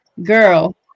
girl